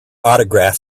autograph